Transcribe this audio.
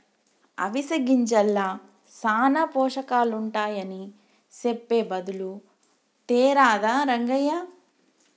అవిసె గింజల్ల సానా పోషకాలుంటాయని సెప్పె బదులు తేరాదా రంగయ్య